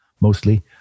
mostly